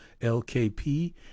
lkp